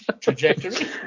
Trajectory